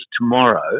tomorrow